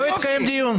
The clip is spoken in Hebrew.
לא התקיים דיון.